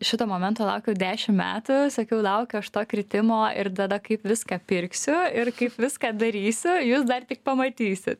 šito momento laukiau dešim metų sakiau laukiu aš to kritimo ir tada kaip viską pirksiu ir kaip viską darysiu jūs dar tik pamatysit